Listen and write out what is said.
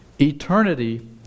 Eternity